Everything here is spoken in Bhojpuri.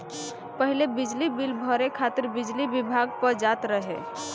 पहिले बिजली बिल भरे खातिर बिजली विभाग पअ जात रहे